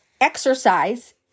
exercise